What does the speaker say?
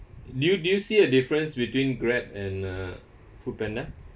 do you do you see a difference between Grab and uh Foodpanda